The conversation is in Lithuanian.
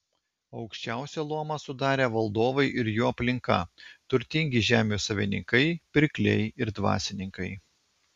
aukščiausią luomą sudarė valdovai ir jų aplinka turtingi žemių savininkai pirkliai ir dvasininkai